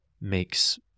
makes